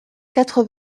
quatre